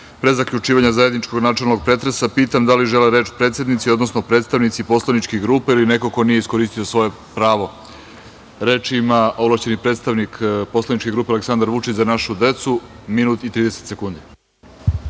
pre zaključivanja zajedničkog načelnog pretresa, pitam da li žele reč predsednici, odnosno predstavnici poslaničkih grupa ili neko ko nije iskoristio svoje pravo? (Da.)Reč ima ovlašćeni predstavnik poslaničke grupe Aleksandar Vučić – Za našu decu, Marko Parezanović.